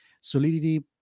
Solidity